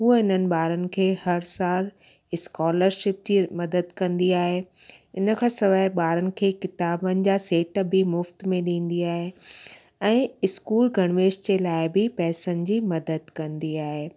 हूअ हिननि ॿारनि खे हर साल स्कॉलरशिप जी मदद कंदी आहे इन खां सवाइ ॿारनि खे किताबनि जा सेट बि मुफ़्त में ॾींदी आहे ऐं स्कूल गणवेश जे लाइ बि पैसनि जी मदद कंदी आहे